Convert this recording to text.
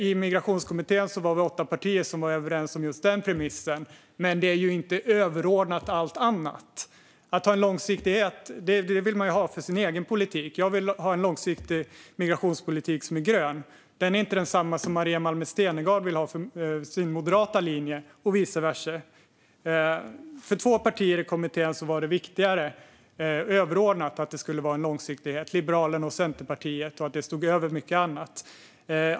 I Migrationskommittén var vi åtta partier som var överens om just den premissen. Men det är inte överordnat allt annat. Att ha en långsiktighet vill man ha för sin egen politik. Jag vill ha en långsikt migrationspolitik som är grön. Den är inte densamma som Maria Malmer Stenergard vill ha för sin moderata linje och vice versa. För två partier i kommittén var det viktigare och överordnat att det skulle vara en långsiktighet, Liberalerna och Centerpartiet, och att det stod över mycket annat.